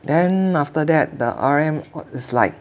then after that the R_M is like